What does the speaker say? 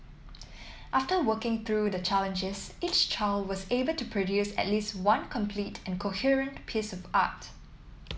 after working through the challenges each child was able to produce at least one complete and coherent piece of art